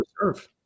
Reserve